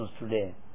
today